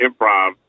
improv